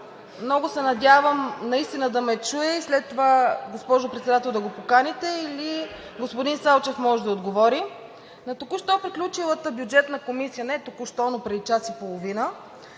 много се надявам наистина да ме чуе и след това, госпожо Председател, да го поканите, или господин Салчев може да отговори. На току-що приключилата Бюджетна комисия, не току-що, а преди час и половина,